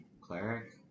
Cleric